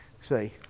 See